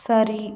சரி